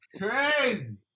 Crazy